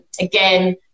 again